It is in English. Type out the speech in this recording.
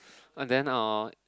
and then I will